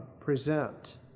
present